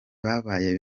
babaye